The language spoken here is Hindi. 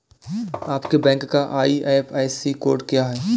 आपके बैंक का आई.एफ.एस.सी कोड क्या है?